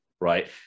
right